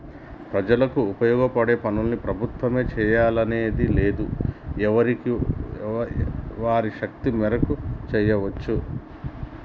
ప్రజలకు ఉపయోగపడే పనుల్ని ప్రభుత్వమే జెయ్యాలని లేదు ఎవరైనా వారి శక్తి మేరకు జెయ్యచ్చు